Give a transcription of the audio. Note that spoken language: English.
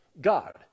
God